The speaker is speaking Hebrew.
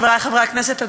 חברי חברי הכנסת,